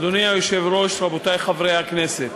אדוני היושב-ראש, רבותי חברי הכנסת,